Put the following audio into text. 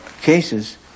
cases